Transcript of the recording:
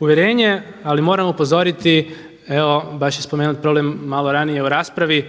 uvjerenje ali moram upozoriti evo baš je spomenut problem malo ranije u raspravi